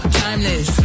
timeless